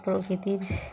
প্রকৃতির